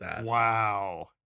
Wow